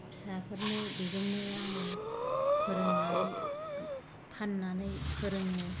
फिसाफोरनो बेजोंनो आङो फोरोंनानै फान्नानै फोरोङो